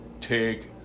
take